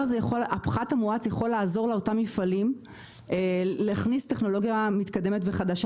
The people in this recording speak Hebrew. הפחת המואץ יכול לעזור לאותם המפעלים להכניס טכנולוגיה מתקדמת וחדשה,